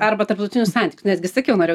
arba tarptautinius santykius nes gi sakiau norėjau